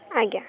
ଆଜ୍ଞା